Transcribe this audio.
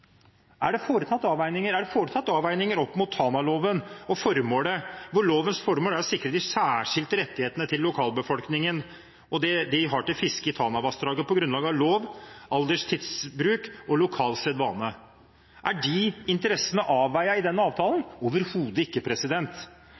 Er det foretatt avveininger opp mot Tanaloven og lovens formål, som er «å sikre de særskilte rettigheter lokalbefolkningen har til fiske i Tanavassdraget på grunnlag av lov, alders tids bruk og lokal sedvane»? Er de interessene avveid i den avtalen?